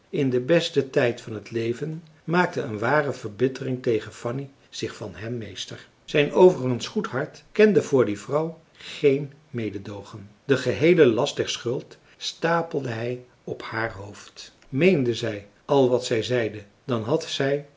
in den besten tijd van het leven maakte een ware verbittering tegen fanny zich van hem meester zijn overigens goed hart kende voor die vrouw geen mededoogen den geheelen last der schuld stapelde hij op haar hoofd meende zij al wat zij zeide dan had zij